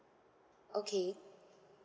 okay